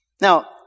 Now